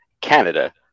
Canada